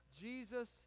jesus